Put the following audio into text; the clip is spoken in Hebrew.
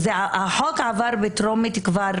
החוק עבר בקריאה טרומית כבר